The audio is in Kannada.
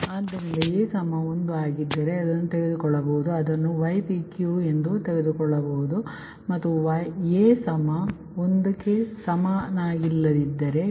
ಆದ್ದರಿಂದ a 1 ಆಗಿದ್ದರೆ ಅದನ್ನು ತೆಗೆದುಕೊಳ್ಳಬಹುದು ಅದನ್ನು ypq ಎಂದು ತೆಗೆದುಕೊಳ್ಳಬಹುದು ಮತ್ತು a ≠ 1 ಆಗಿದ್ದರೆ ಸರಿ